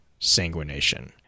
Sanguination